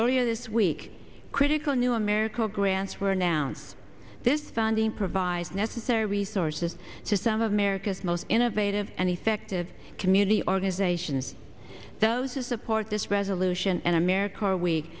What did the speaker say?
earlier this week critical new america grants were announced this funding provides necessary resources to some of america's most innovative and effective community organizations those who support this resolution in america are we